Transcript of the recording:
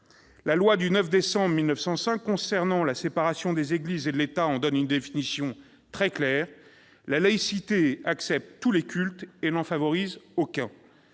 La loi du 9 décembre 1905 concernant la séparation des Églises et de l'État en donne une définition très claire : la laïcité accepte tous les cultes et n'en favorise aucun.